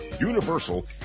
Universal